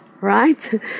right